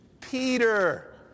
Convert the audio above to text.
Peter